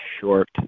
short